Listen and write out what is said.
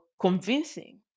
convincing